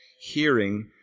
hearing